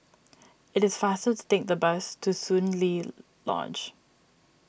it is faster to take the bus to Soon Lee Lodge